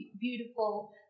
beautiful